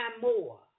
more